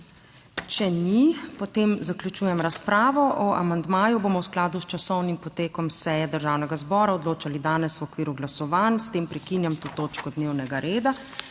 Če ni, potem zaključujem razpravo. O amandmaju bomo v skladu s časovnim potekom seje Državnega zbora odločali danes v okviru glasovanj. S tem prekinjam to točko dnevnega reda.